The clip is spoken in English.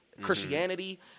Christianity